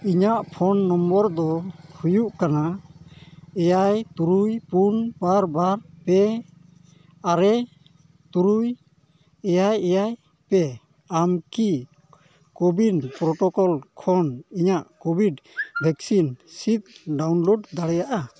ᱤᱧᱟᱹᱜ ᱫᱚ ᱦᱩᱭᱩᱜ ᱠᱟᱱᱟ ᱮᱭᱟᱭ ᱛᱩᱨᱩᱭ ᱯᱩᱱ ᱵᱟᱨ ᱵᱟᱨ ᱯᱮ ᱟᱨᱮ ᱛᱩᱨᱩᱭ ᱮᱭᱟᱭ ᱮᱭᱟᱭ ᱯᱮ ᱟᱢ ᱠᱤ ᱠᱷᱚᱱ ᱤᱧᱟᱹᱜ ᱥᱤᱫᱽ ᱫᱟᱲᱮᱭᱟᱜᱼᱟ